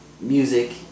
music